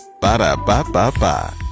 Ba-da-ba-ba-ba